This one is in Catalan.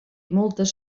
moltes